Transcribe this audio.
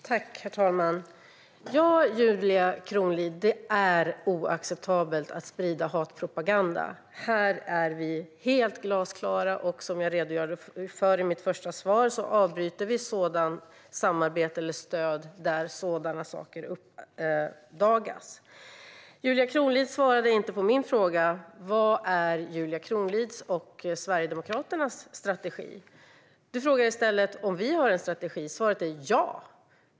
Herr talman! Ja, Julia Kronlid, det är oacceptabelt att sprida hatpropaganda. Här är vi helt glasklara. Som jag redogjorde för i mitt första svar avbryter vi samarbete eller stöd där sådana saker uppdagas. Julia Kronlid svarade inte på min fråga: Vad är Julia Kronlids och Sverigedemokraternas strategi? I stället frågar hon om vi har en strategi. Svaret är ja.